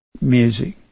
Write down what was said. music